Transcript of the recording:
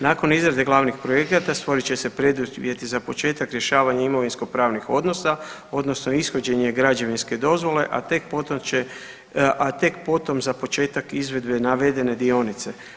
Nakon izrade glavnih projekata stvorit će se preduvjeti za početak rješavanja imovinsko-pravnih odnosa, odnosno ishođenje građevinske dozvole a tek potom za početak izvedbe navedene dionice.